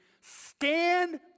stand